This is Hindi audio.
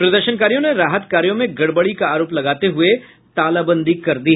प्रदर्शनकारियों ने राहत कार्यो में गड़बड़ी का आरोप लगाते हुये तालाबंदी कर दी